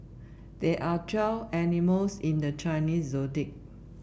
there are twelve animals in the Chinese Zodiac